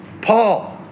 Paul